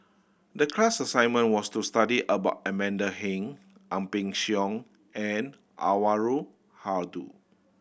the class assignment was to study about Amanda Heng Ang Peng Siong and Anwarul Haque